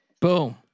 Boom